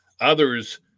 others